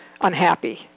unhappy